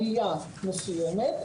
עלייה מסוימת,